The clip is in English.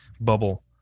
bubble